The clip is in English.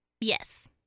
Yes